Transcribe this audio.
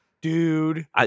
dude